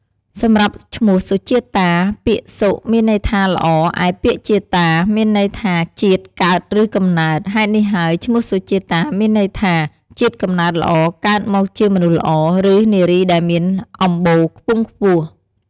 សម្រាប់ឈ្មោះសុជាតា ពាក្យសុ មានន័យថាល្អ ឯពាក្យជាតា មានន័យថាជាតិ កើត ឬកំណើត ហេតុនេះហើយឈ្មោះសុជាតាមានន័យថា ជាតិកំណើតល្អ កើតមកជាមនុស្សល្អ ឬ នារីដែលមានអម្បូរខ្ពង់ខ្ពស់។